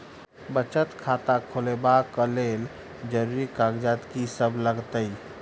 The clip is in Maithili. बचत खाता खोलाबै कऽ लेल जरूरी कागजात की सब लगतइ?